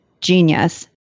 Genius